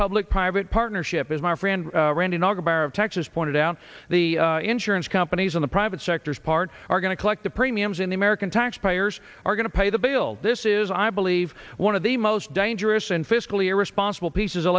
public private partnership as my friend randy neugebauer of texas pointed out the insurance companies in the private sector's part are going to collect the premiums in the american taxpayers are going to pay the bill this is i believe one of the most dangerous and fiscally irresponsible pieces of